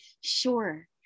sure